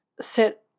set